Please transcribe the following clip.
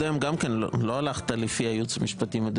לפי המלצת הייעוץ המשפטי,